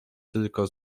tylko